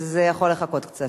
זה יכול לחכות קצת.